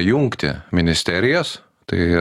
jungti ministerijas tai